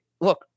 Look